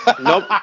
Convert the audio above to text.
nope